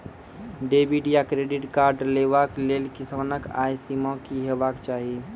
Debit या credit card लेवाक लेल किसानक आय सीमा की हेवाक चाही?